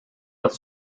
dat